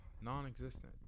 non-existent